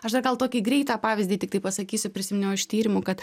aš dar gal tokį greitą pavyzdį tiktai pasakysiu prisiminiau iš tyrimų kad